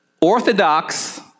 orthodox